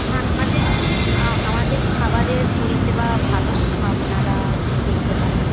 হ্যাঁ আমাদের আমাদের খাবারের পরিষেবা ভালো আপনারা দেখতে পারেন